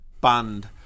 band